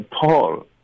Paul